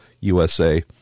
USA